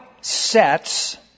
sets